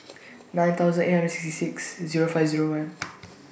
nine thousand eight hundred sixty six Zero five Zero one